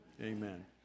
Amen